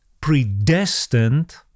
predestined